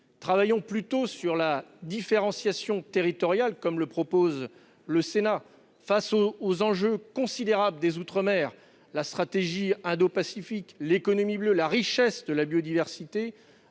Travaillons plutôt sur la différenciation territoriale, comme le propose le Sénat ! Avec les enjeux considérables qu'ils représentent- stratégie indo-pacifique, économie bleue, richesse de la biodiversité